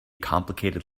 complicated